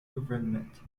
government